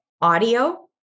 audio